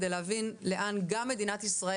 כדי להבין לאן גם מדינת ישראל,